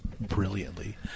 brilliantly